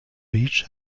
beach